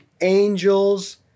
angels